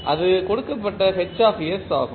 அது கொடுக்கப்பட்ட H ஆகும்